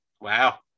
wow